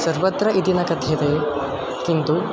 सर्वत्र इति न कथ्यते किन्तु